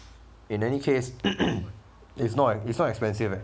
in any case it's not it's not expensive leh